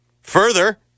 Further